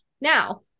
now